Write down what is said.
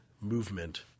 movement